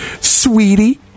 sweetie